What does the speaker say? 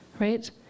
right